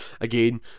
again